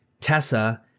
Tessa